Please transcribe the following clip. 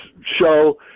show